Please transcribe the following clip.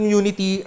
unity